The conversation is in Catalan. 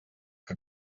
que